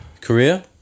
Korea